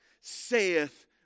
saith